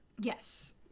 yes